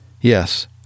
Yes